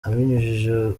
abinyujije